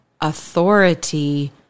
authority